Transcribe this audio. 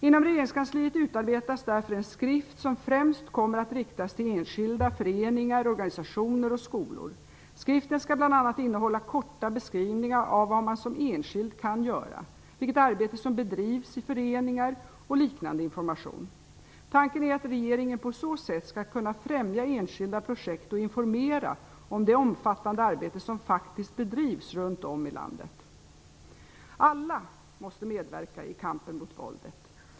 Inom regeringskansliet utarbetas därför en skrift som främst kommer att riktas till enskilda, föreningar, organisationer och skolor. Skriften skall bl.a. innehålla korta beskrivningar av vad man som enskild kan göra, vilket arbete som bedrivs i föreningar och liknande information. Tanken är att regeringen på så sätt skall kunna främja enskilda projekt och informera om det omfattande arbete som faktiskt bedrivs runt om i landet. Alla måste medverka i kampen mot våldet.